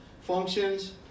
functions